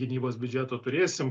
gynybos biudžeto turėsim